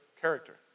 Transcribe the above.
Character